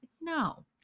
no